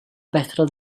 betrol